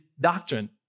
doctrine